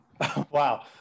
Wow